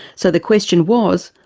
so the question was,